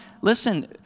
Listen